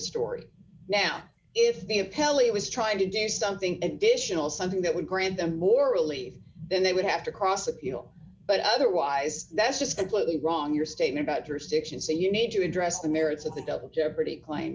story now if the appellate was trying to do something additional something that would grant them or relieve then they would have to cross that you know but otherwise that's just completely wrong your statement about jurisdiction so you need to address the merits of the double jeopardy claim